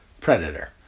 Predator